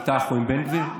איתך או עם בן גביר?